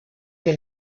que